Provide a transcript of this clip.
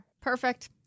Perfect